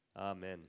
Amen